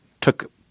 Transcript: took